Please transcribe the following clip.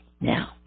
now